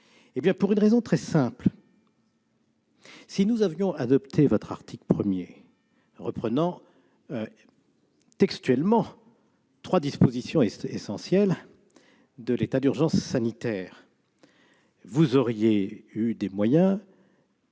Eh bien, pour une raison très simple. Si nous avions adopté votre article 1, reprenant textuellement trois dispositions essentielles de l'état d'urgence sanitaire, vous auriez disposé de moyens